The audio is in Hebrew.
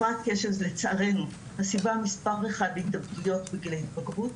הפרעת קשב זה לצערנו הסיבה מספר אחד בהתאבדויות בגיל ההתבגרות,